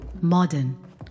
modern